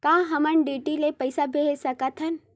का हम डी.डी ले पईसा भेज सकत हन?